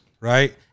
right